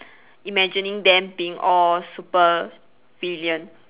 imagining them being all supervillain